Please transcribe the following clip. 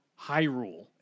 Hyrule